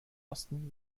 osten